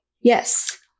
Yes